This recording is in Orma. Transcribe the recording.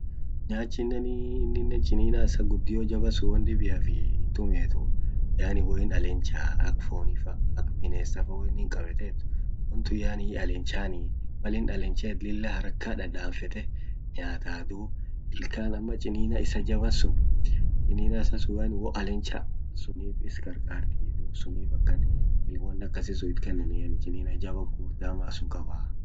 Nyachineni ininen chinina isa gudio jaba sun won dibiaf hintumietuu yani won alencha ta ak foni fa ak binesa fa hoinin qabetet wontun yani hialenchanii malin alanchet lilla haraka dadanfete nyata dub ilkan ama chinina isa jaba sun chinina isa sun hoalencha sunif isqarqartii sunif akan il won akasi sun itkannani chinina hama gugurdasun qabaa.